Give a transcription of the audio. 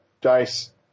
dice